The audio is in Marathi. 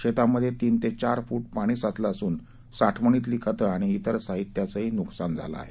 शेतांमध्ये तीन ते चार फापाणी साचलं असन साठवणीतली खतं आणि तिर साहित्याचं नकसान झालं आहे